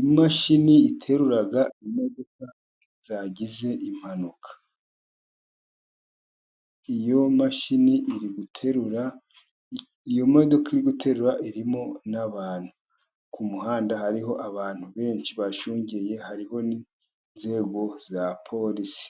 Imashini iterura imodoka zagize impanuka, iyo mashini iri guterura iyo modoka iri guterura irimo n'abantu, ku kumuhanda hariho abantu benshi bashungeye, hariho n'inzego za polisi,